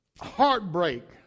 heartbreak